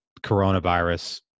coronavirus